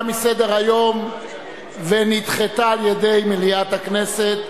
מסדר-היום ונדחתה על-ידי מליאת הכנסת.